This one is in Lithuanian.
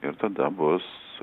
ir tada bus